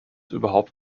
überhaupt